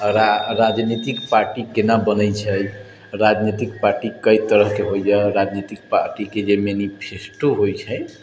राजनीतिक पार्टी केना बनैत छै राजनीतिक पार्टी कए तरहके होइए राजनीतिक पार्टीके जे मेनिफेस्टो होइत छै